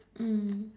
mm